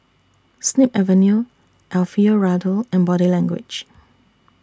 Snip Avenue Alfio Raldo and Body Language